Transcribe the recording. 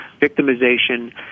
victimization